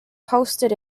hosted